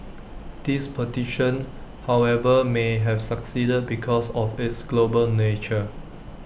this petition however may have succeeded because of its global nature